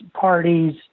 parties